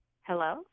Hello